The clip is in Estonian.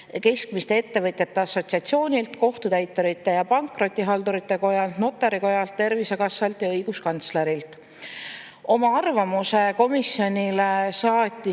Keskmiste Ettevõtjate Assotsiatsioonilt, Kohtutäiturite ja Pankrotihaldurite Kojalt, Notarite Kojalt, Tervisekassalt ja õiguskantslerilt. Oma arvamuse komisjonile saatsid